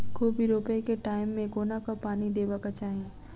कोबी रोपय केँ टायम मे कोना कऽ पानि देबाक चही?